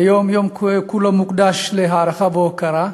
היום הוא יום שכולו מוקדש להערכה והוקרה,